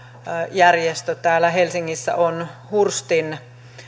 täällä helsingissä on hurstin